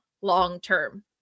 long-term